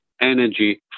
energy